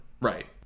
right